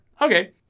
Okay